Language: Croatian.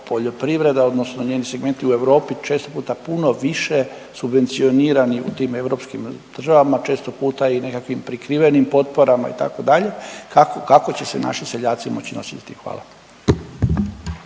poljoprivreda odnosno njeni segmenti u Europi često puta puno više subvencionirani u tim europskim država, često puta i nekakvim prikrivenim potporama itd., kako, kako će se naši seljaci moći nosit s tim? Hvala.